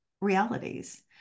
realities